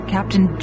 Captain